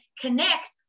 connect